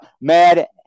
Mad